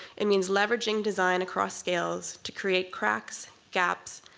it means leveraging design across scales to create cracks, gaps,